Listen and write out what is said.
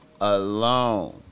alone